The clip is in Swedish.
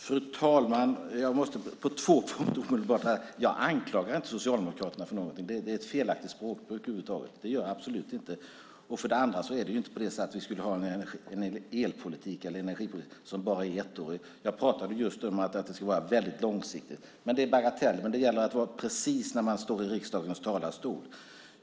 Fru talman! Jag måste på två punkter kommentera detta. För det första anklagar jag inte Socialdemokraterna för någonting. Det är ett felaktigt språkbruk över huvud taget. Det gör jag absolut inte. För det andra är det inte på det sättet att vi skulle ha en elpolitik eller energipolitik som bara är ettårig. Jag pratade just om att det ska vara väldigt långsiktigt. Det är bagateller, men det gäller att vara precis när man står i riksdagens talarstol.